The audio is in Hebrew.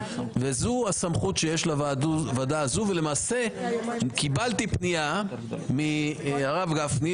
זו הסמכות שיש לוועדה הזו ולמעשה קיבלתי פנייה מהרב גפני,